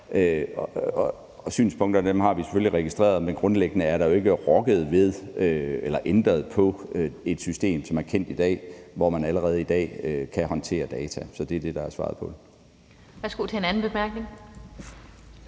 Synspunkterne har vi selvfølgelig allerede registreret, men grundlæggende er der jo ikke rokket ved eller ændret på et system, som er kendt i dag, og hvor man allerede i dag kan håndtere data. Så det er det, der er svaret på det. Kl. 13:29 Den fg.